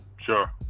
sure